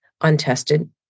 untested